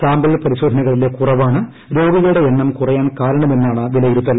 sample പരിശോധനകളിലെ കുറവാണ് രോഗികളുടെ എണ്ണം കുറയാൻ കാരണമെന്നാണ് വിലയിരുത്തൽ